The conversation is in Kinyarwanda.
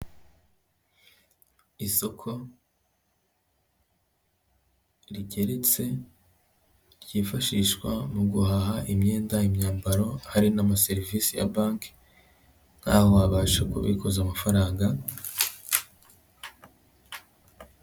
Isoko rigeretse ryifashishwa mu guhaha imyenda, imyambaro hari n'amaserivisi ya banki nawe wabasha kubikaza amafaranga.